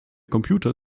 computer